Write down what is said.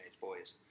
boys